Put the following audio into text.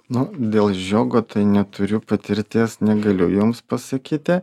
nu dėl žiogo tai neturiu patirties negaliu jums pasakyti